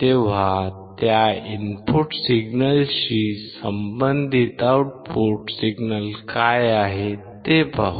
तेव्हा त्या इनपुट सिग्नलशी संबंधित आउटपुट सिग्नल काय आहेत ते पाहू